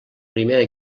primera